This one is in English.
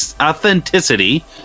Authenticity